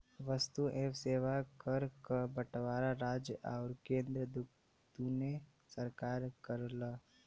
वस्तु एवं सेवा कर क बंटवारा राज्य आउर केंद्र दूने सरकार करलन